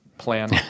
plan